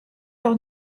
leur